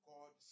God